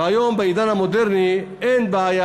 והיום, בעידן המודרני, אין בעיה.